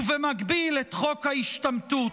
ובמקביל את חוק ההשתמטות.